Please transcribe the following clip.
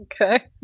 Okay